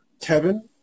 Kevin